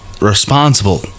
responsible